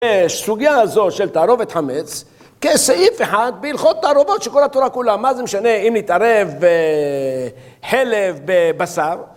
הסוגיה הזו של תערובת חמץ, כסעיף אחד בהלכות תערובות שכל התורה כולה, מה זה משנה אם נתערב חלב בבשר